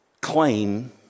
claim